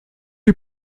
les